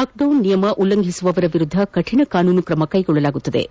lockdown ನಿಯಮ ಉಲ್ಲಂಘಿಸುವವರ ವಿರುದ್ಧ ಕರಿಣ ಕಾನೂನು ತ್ರಮ ಕೈಗೊಳ್ಳಲಾಗುವುದು